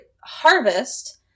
harvest